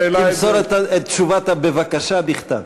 תמסור את תשובת ה"בבקשה" בכתב.